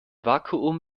vakuum